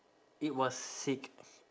it was sick